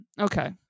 Okay